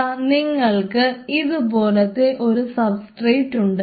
ദാ നിങ്ങൾക്ക് ഇതുപോലത്തെ ഒരു സബ്സ്ട്രേറ്റ് ഉണ്ട്